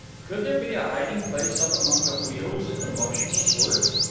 could there be a hiding place up among the wheels of the motionless works?